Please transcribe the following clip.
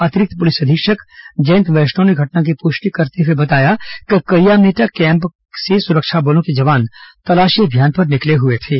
अतिरिक्त पुलिस अधीक्षक जयंत वैष्णव ने घटना की पुष्टि करते हुए बताया कि करियामेटा कैम्प से सुरक्षा बलों के जवान तलाशी अभियान पर निकले हुए थे